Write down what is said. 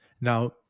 Now